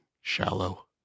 shallow